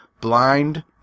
blind